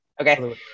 Okay